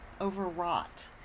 overwrought